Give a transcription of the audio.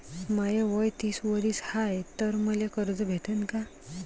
माय वय तीस वरीस हाय तर मले कर्ज भेटन का?